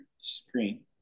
screen